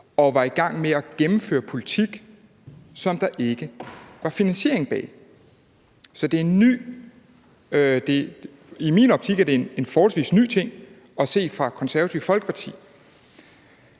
og talte for at gennemføre en politik, som der ikke var finansiering bag. Så i min optik er det her en forholdsvis ny ting hos Det Konservative Folkeparti.